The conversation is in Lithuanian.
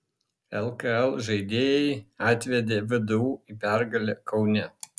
lkl žaidėjai atvedė vdu į pergalę kaune